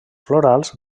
florals